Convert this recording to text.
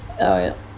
uh